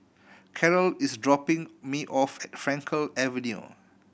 Carol is dropping me off at Frankel Avenue